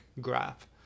graph